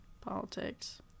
politics